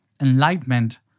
enlightenment